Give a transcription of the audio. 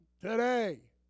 today